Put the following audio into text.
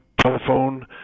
telephone